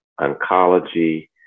oncology